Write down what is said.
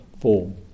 form